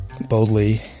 boldly